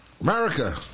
America